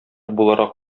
буларак